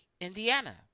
Indiana